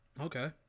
Okay